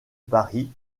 paris